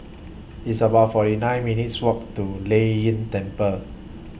It's about forty nine minutes' Walk to Lei Yin Temple